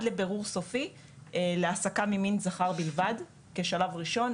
לבירור סופי להעסקה ממין זכר בלבד כשלב ראשון.